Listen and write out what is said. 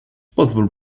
pozwól